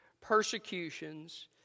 persecutions